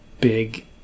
big